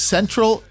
Central